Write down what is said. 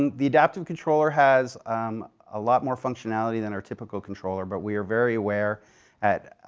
and the adaptive controller has a lot more functionality than our typical controller, but we are very aware and